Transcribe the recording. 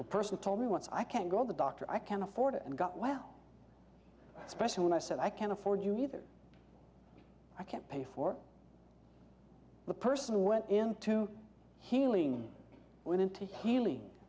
a person told me once i can't go to the doctor i can afford it and got well especially when i said i can't afford you either i can't pay for the person who went into healing when into h